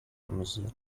amüsiert